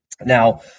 Now